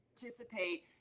participate